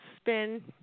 spin